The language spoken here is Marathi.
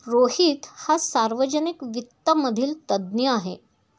रोहित हा सार्वजनिक वित्त मधील तज्ञ आहे